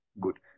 good